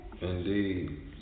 indeed